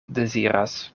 deziras